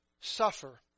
suffer